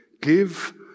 Give